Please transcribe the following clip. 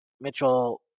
Mitchell